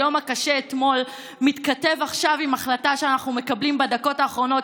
היום הקשה אתמול מתכתב עכשיו עם החלטה שאנחנו מקבלים בדקות האחרונות,